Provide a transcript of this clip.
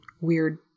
weird